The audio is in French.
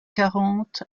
quarante